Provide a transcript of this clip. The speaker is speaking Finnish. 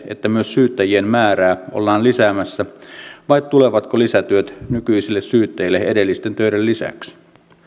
että myös syyttäjien määrää ollaan lisäämässä vai tulevatko lisätyöt nykyisille syyttäjille edellisten töiden lisäksi